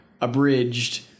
abridged